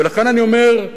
ולכן אני אומר,